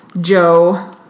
Joe